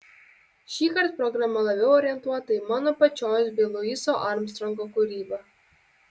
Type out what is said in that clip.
šįkart programa labiau orientuota į mano pačios bei luiso armstrongo kūrybą